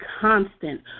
constant